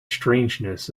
strangeness